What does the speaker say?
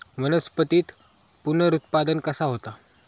वनस्पतीत पुनरुत्पादन कसा होता?